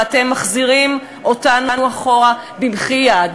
ואתם מחזירים אותנו אחורה במחי-יד,